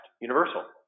Universal